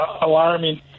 alarming